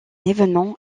événement